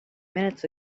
minutes